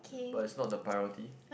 but is not the priority